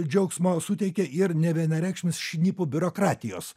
džiaugsmo suteikia ir nevienareikšmis šnipų biurokratijos